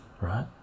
right